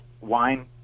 wine